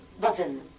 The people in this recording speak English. Button